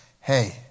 hey